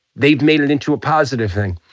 they've made it into a positive thing.